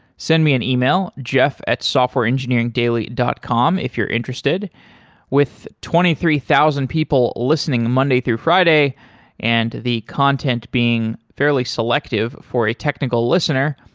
send me an e-mail jeff at softwareengineeringdaily dot com if you're interested with twenty three thousand people listening monday through friday and the content being fairly selective for a technical listener,